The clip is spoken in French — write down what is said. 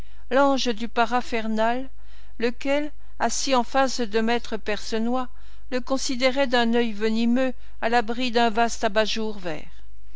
l'ange du paraphernal lequel assis en face de me percenoix le considérait d'un œil venimeux à l'abri d'un vaste abat-jour vert